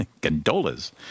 gondolas